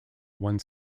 one